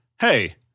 hey